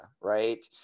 right